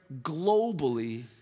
globally